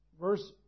verse